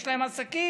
יש להם עסקים,